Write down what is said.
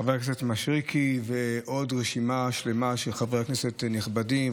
חבר הכנסת מישרקי ועוד רשימה שלמה של חברי כנסת נכבדים,